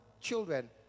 children